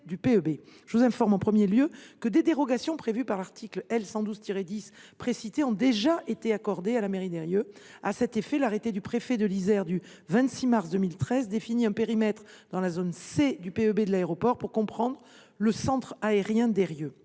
Je vous informe que des dérogations prévues dans l’article L. 112 10 précité ont déjà été accordées à la mairie d’Heyrieux. À cet effet, l’arrêté du préfet de l’Isère du 26 mars 2013 définit un périmètre dans la zone C du PEB de l’aéroport pour comprendre le centre ancien d’Heyrieux.